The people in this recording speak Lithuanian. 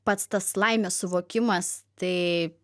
pats tas laimės suvokimas tai